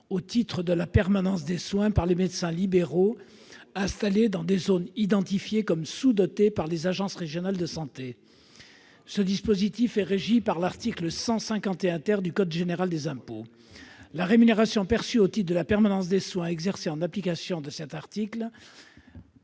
au titre de la permanence des soins par les médecins libéraux installés dans des zones identifiées comme sous-dotées par les agences régionales de santé. Ce dispositif est régi par l'article 151 du code général des impôts :« La rémunération perçue au titre de la permanence des soins exercée en application de l'article